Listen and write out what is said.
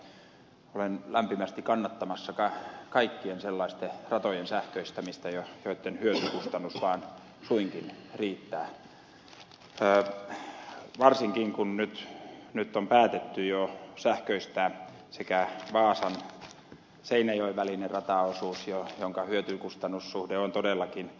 nimittäin olen lämpimästi kannattamassa kaikkien sellaisten ratojen sähköistämistä joitten hyötykustannus taso vaan suinkin riittää varsinkin kun nyt on päätetty jo sähköistää sekä vaasan ja seinäjoen välinen rataosuus jonka hyötykustannus suhde on todellakin